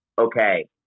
Okay